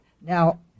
Now